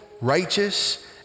righteous